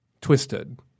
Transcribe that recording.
twisted